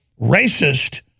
racist